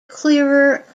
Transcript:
clearer